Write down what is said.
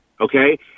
okay